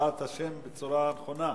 הקראת השם בצורה נכונה.